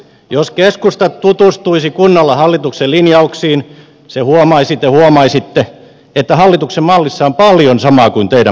jos keskusta tutustuisi kunnolla hallituksen linjauksiin te huomaisitte että hallituksen mallissa on paljon samaa kuin teidän mallissanne